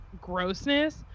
grossness